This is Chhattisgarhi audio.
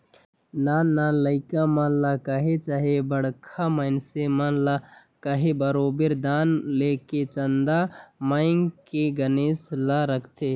नान नान लरिका मन ल कहे चहे बड़खा मइनसे मन ल कहे बरोबेर दान लेके चंदा मांएग के गनेस ल रखथें